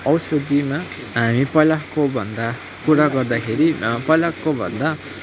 औषधिमा हामी पहिलाकोभन्दा कुरा गर्दाखेरि पहिलाकोभन्दा